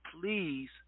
please